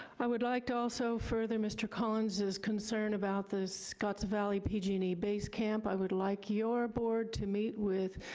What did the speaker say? i would like to also further mr. collins's concern about the scotts valley pgne base camp. i would like your board to meet with